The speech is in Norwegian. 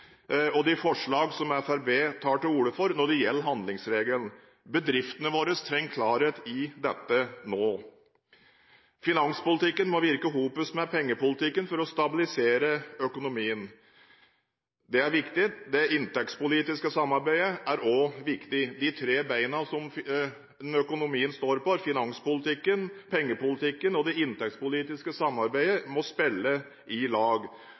og de forslag som Fremskrittspartiet tar til orde for når det gjelder handlingsregelen. Bedriftene våre trenger klarhet i dette nå. Finanspolitikken må virke sammen med pengepolitikken for å stabilisere økonomien. Det er viktig. Det inntektspolitiske samarbeidet er også viktig. De tre beina som økonomien står på – finanspolitikken, pengepolitikken og det inntektspolitiske samarbeidet – må spille i lag.